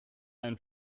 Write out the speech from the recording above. einen